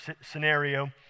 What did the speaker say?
scenario